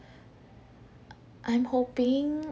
I'm hoping